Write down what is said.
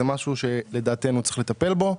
זה משהו שצריך לטפל בו,